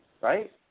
Right